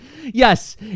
Yes